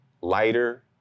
lighter